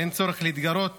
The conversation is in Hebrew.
אין צורך להתגרות